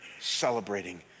celebrating